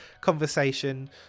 conversation